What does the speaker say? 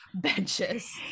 benches